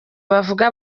bavuga